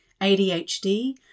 ADHD